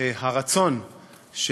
הרצון של